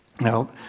Now